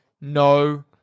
no